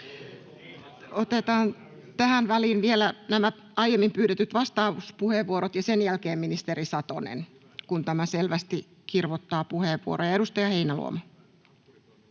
Otetaan tähän väliin vielä nämä aiemmin pyydetyt vastauspuheenvuorot ja sen jälkeen ministeri Satonen, kun tämä selvästi kirvoittaa puheenvuoroja. — Edustaja Heinäluoma.